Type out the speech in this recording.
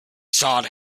sod